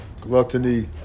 gluttony